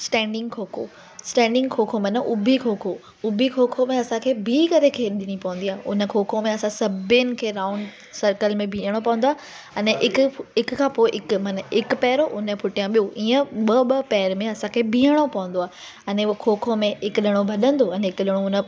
standing kho kho standing kho kho माना उभी खोखो उभी खोखो में असांखे भीउ करे खेॾिणी पवंदी आहे उन खोखो में असां सभिनि खे राउंड सर्कल में बिहिणो पवंदो आहे अने हिकु हिकु पोइ हिकु माना हिकु पहिरियों हुन जे पुठियां ॿियो इय ॿ ॿ पैर में असांखे भियणु पौंदो आहे अने हुन खोखो में हिकु ॼणो भॼंदो अने हिकु ॼणो हुन